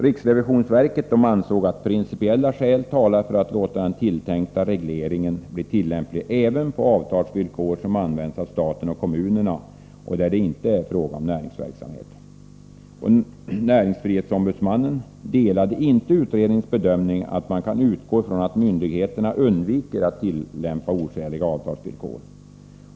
Riksrevisionsverket ansåg att principiella skäl talar för att låta den tilltänkta regleringen bli tillämplig även på avtalsvillkor som används av staten och kommunerna och där det inte är fråga om näringsverksamhet. Näringsfrihetsombudsmannen delade inte utredningens bedömning att man kan utgå från att myndigheterna undviker att tillämpa oskäliga avtalsvillkor.